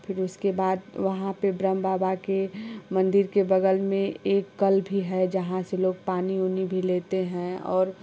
फिर उसके बाद वहाँ पे ब्रह्म बाबा के मन्दिर के बगल में एक कल भी है जहाँ से लोग पानी उनी भी लेते हैं और